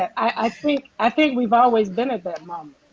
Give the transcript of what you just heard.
i think i think we've always been at that moment.